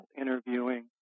interviewing